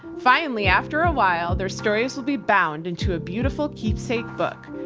finally, after a while, their stories will be bound into a beautiful keepsake book.